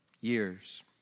years